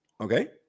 Okay